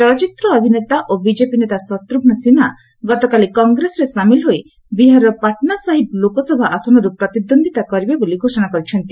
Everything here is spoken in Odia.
ଚଳଚ୍ଚିତ୍ର ଅଭିନେତା ଓ ବିଜେପି ନେତା ଶତ୍ରୁଘ୍ନ ସିହ୍ନା ଗତକାଲି କଂଗ୍ରେସରେ ସାମିଲ ହୋଇ ବିହାରର ପାଟନାସାହିବ ଲୋକସଭା ଆସନରୁ ପ୍ରତିଦ୍ୱନ୍ଦ୍ୱିତା କରିବେ ବୋଲି ଘୋଷଣା କରିଛନ୍ତି